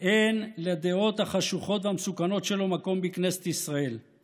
"לדעות החשוכות והמסוכנות שלו אין מקום בכנסת ישראל";